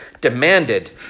demanded